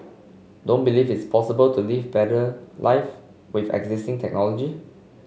don't believe it's possible to live better life with existing technology